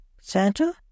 Santa